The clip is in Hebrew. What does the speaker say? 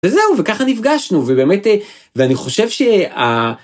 וזהו, וככה נפגשנו, ובאמת, ואני חושב שה...